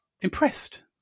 impressed